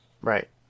Right